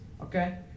okay